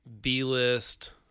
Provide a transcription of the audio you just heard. B-List